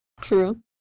true